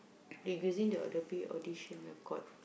they using the the period audition record